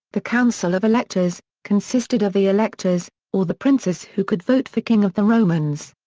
the council of electors, consisted of the electors, or the princes who could vote for king of the romans.